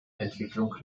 entwicklung